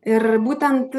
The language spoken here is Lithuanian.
ir būtent